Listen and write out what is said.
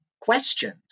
questions